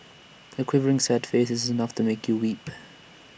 her quivering sad face is enough to make you weep